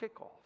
kickoff